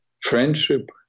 friendship